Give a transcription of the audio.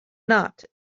not